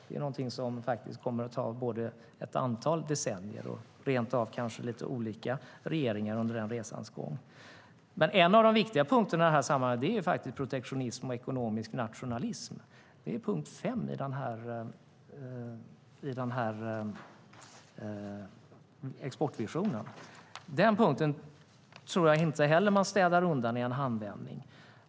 Det är någonting som faktiskt kommer att ta både ett antal decennier och kanske rentav lite olika regeringar under resans gång. En av de viktiga punkterna i det här sammanhanget är faktiskt protektionism och ekonomisk nationalism. Det är punkt 5 i exportvisionen. Den punkten tror jag inte heller att man städar undan i en handvändning.